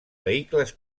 vehicles